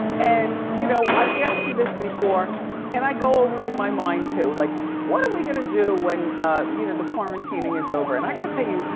and you know, i've asked you this before and i go over it in my mind too like what are we gonna do when you know the quarantining is over? and i gotta tell you,